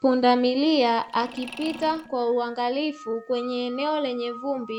Pundamilia akipita kwa uangalifu kwenye eneo lenye